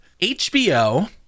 HBO